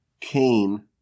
Cain